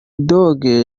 dog